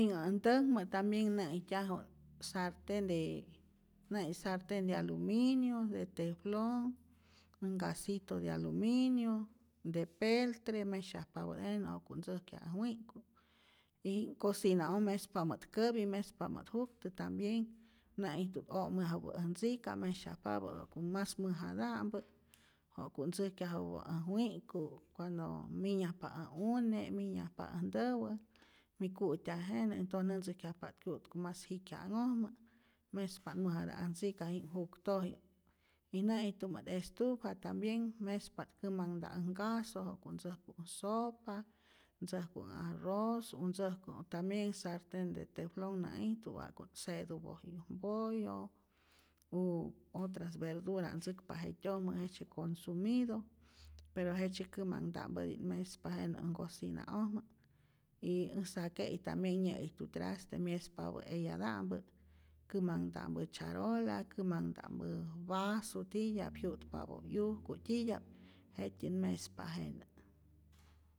Jinhä äj ntäkmä tambien nä'ijtyaju't sarten, de nä'ijt sarten de aluminio, de teflon, äj nkasito de aluminio, de peltre. mesyajpapä't jenä wa'ku't ntzäjkyaj äj wi'k'ku', y cocina'oj mespamät käpi mespamä't juktä tambienh nä'ijtu't o'myajupä äj ntzika mesyajpapä't wa'ku mas mäjata'mpä wa'ku't ntzäjkyajupä äj wi'k'ku' cuando minyajpa ä une', minyajpa äj ntäwä, mi ku'tyaj jenä entonce nätzäjkyajpa't kyu'tku mas jikya'nhojmä, mespa't mas mäjata'p äj ntzika' jinh juktojik y nä'ijtumä't estufa tambien mespa't kämanhta' äj ncaso ja'ku't ntzäjku äj sopa, ntzäjku äj arroz, u ntzajku tambien santenh de teflon nä'ijtu't wa'ku't se'tupoj äj mpollo, u otras verdura ntzäkpa't jetyojmä, jejtzye consumido pero jejtzye kämanhta'kpäti't mespa jenä äj nkosina'ojmä, y äj sake'i tambien nyä'ijtu traste, myespapä eyata'mpä kämanhta'mpä charola, kämanhta'mpä vasu titya'p jyu'tpapä 'yujku' titya'p jet'tyät mespa jenä.